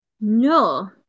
No